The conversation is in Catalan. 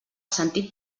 sentit